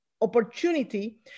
opportunity